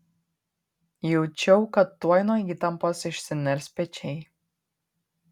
jaučiau kad tuoj nuo įtampos išsiners pečiai